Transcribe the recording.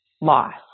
loss